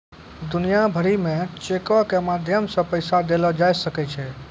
दुनिया भरि मे चेको के माध्यम से पैसा देलो जाय सकै छै